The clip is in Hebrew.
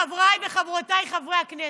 חבריי וחברותיי חברי הכנסת,